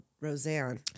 Roseanne